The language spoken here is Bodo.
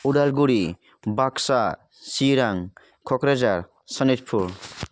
उदालगुरि बाक्सा चिरां क'क्राझार सनितपुर